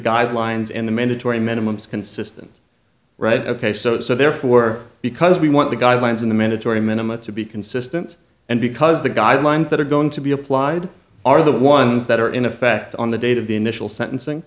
guidelines and the mandatory minimums consistent read ok so therefore because we want the guidelines in the mandatory minimum to be consistent and because the guidelines that are going to be applied are the ones that are in effect on the date of the initial sentencing